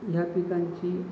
ह्या पिकांची